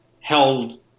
held